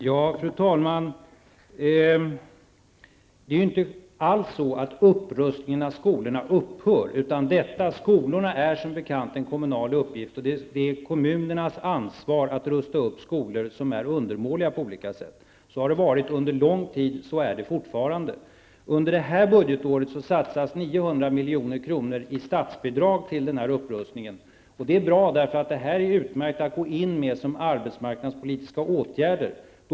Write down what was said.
Fru talman! Upprustningen av skolorna upphör ju inte alls. Skolorna är som bekant en kommunal uppgift. Det är kommunernas ansvar att rusta upp skolor som är undermåliga på olika sätt. Så har det varit under lång tid, och så är det fortfarande. Under detta budgetår satsas 900 milj.kr. i statsbidrag till denna upprustning. Det är bra, eftersom detta är utmärkt som arbetsmarknadspolitiska åtgärder betraktat.